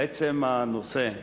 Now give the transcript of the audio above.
לעצם הנושא,